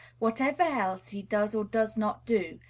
whatever else he does or does not do,